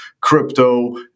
Crypto